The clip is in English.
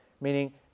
Meaning